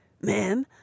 Ma'am